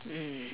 mm